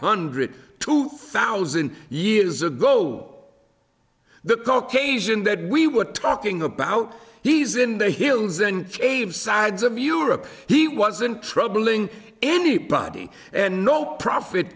hundred two thousand years ago the caucasian that we were talking about he's in the hills and aged sides of europe he wasn't troubling anybody and no profit